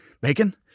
bacon